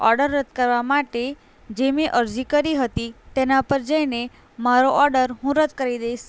order રદ કરવા માટે જે મેં અરજી કરી હતી તેના ઉપર જઈને મારો ઓડર હું રદ કરી દઈશ